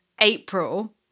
April